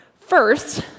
First